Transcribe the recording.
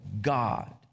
God